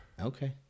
Okay